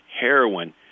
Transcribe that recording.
heroin